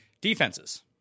Defenses